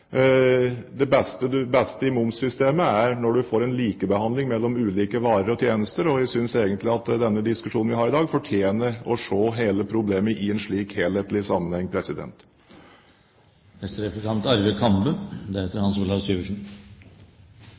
det beste i momssystemet er når man får en likebehandling mellom ulike varer og tjenester, og jeg synes egentlig at den diskusjonen vi har i dag, fortjener at vi ser hele problemet i en helhetlig sammenheng.